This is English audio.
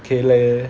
okay leh